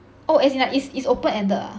oh as in like it's open ended ah